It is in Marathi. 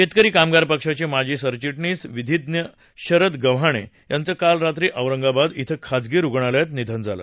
शेतकरी कामगार पक्षाचे माजी सरचिटणीस विधीज्ञ शरद गव्हाणे यांचं काल रात्री औरंगाबाद ििं खाजगी रूग्णालयात निधन झालं